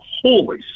holy